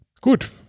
Gut